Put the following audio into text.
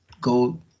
go